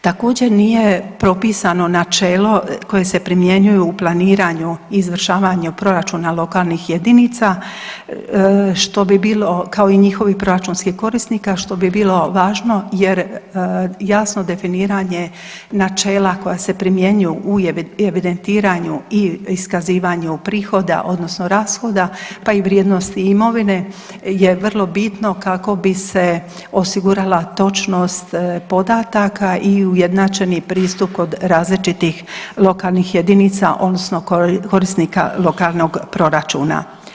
Također, nije propisano načelo koje se primjenjuje u planiranju izvršavanja proračuna lokalnih jedinica što bi bilo, kao i njihovih proračunskih korisnika, što bi bilo važno jer jasno definiranje načela koja se primjenjuju u evidentiranju i iskazivanju prihoda odnosno rashoda pa i vrijednosti imovine je vrlo bitno kako bi se osigurala točnost podataka i ujednačeni pristup kod različitih lokalnih jedinica odnosno korisnika lokalnog proračuna.